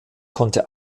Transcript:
konnte